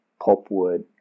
pulpwood